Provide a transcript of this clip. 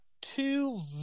two